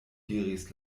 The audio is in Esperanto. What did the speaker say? diris